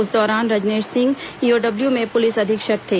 उस दौरान रजनेश सिंह ईओडब्ल्यू में पुलिस अधीक्षक थे